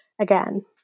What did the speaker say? again